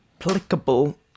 applicable